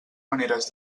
maneres